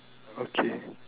okay